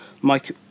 mike